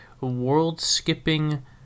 world-skipping